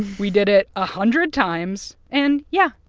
we did it a hundred times, and, yeah,